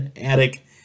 Attic